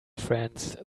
friends